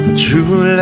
true